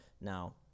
Now